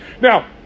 Now